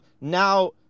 now